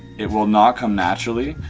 it will not come naturally,